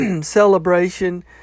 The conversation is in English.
celebration